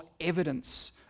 evidence